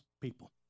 people